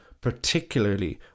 particularly